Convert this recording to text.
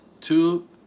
two